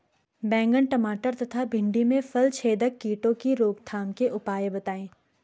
बैंगन टमाटर तथा भिन्डी में फलछेदक कीटों की रोकथाम के उपाय बताइए?